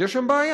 אז יש שם בעיה.